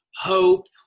hope